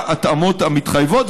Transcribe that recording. בהתאמות המתחייבות.